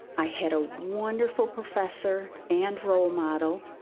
i had a wonderful professor and role model,